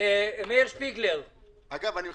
רק